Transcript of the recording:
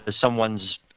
someone's